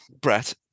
Brett